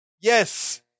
yes